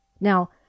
Now